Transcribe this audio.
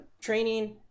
training